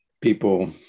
people